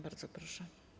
Bardzo proszę.